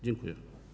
Dziękuję.